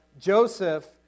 Joseph